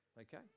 Okay